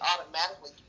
automatically